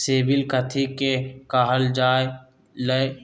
CIBIL कथि के काहल जा लई?